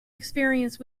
experience